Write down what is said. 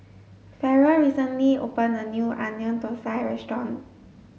ferrell recently opened a new onion thosai restaurant